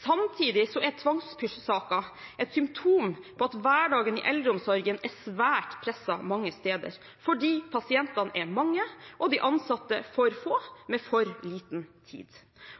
Samtidig er tvangspysjsaken et symptom på at hverdagen i eldreomsorgen er svært presset mange steder fordi pasientene er mange, og de ansatte for få, med for liten tid.